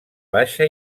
baixa